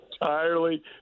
entirely